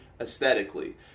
aesthetically